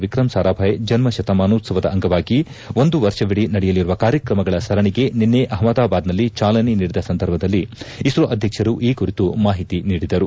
ವಿಕ್ರಮ್ ಸಾರಾಭಾಯ್ ಜನ್ನ ಶತಮಾನೋತ್ಲವದ ಅಂಗವಾಗಿ ಒಂದು ವರ್ಷವಿಡೀ ನಡೆಯಲಿರುವ ಕಾರ್ಯಕ್ರಮಗಳ ಸರಣಿಗೆ ನಿನ್ನೆ ಅಹಮದಾಬಾದ್ನಲ್ಲಿ ಚಾಲನೆ ನೀಡಿದ ಸಂದರ್ಭದಲ್ಲಿ ಇಸ್ರೋ ಅಧ್ಯಕ್ಷರು ಈ ಕುರಿತು ಮಾಹಿತಿ ನೀಡಿದರು